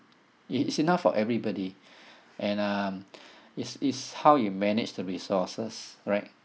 it it's enough for everybody and um it's it's how you manage the resources right